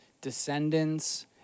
Descendants